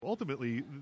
Ultimately